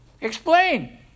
explain